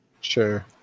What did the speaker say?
sure